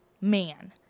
man